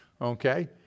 okay